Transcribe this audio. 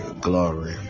glory